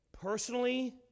personally